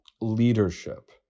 leadership